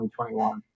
2021